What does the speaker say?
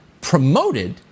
promoted